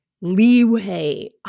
leeway